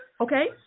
Okay